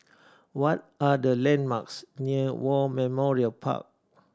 what are the landmarks near War Memorial Park